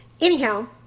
anyhow